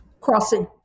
crossing